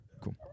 Cool